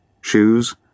shoes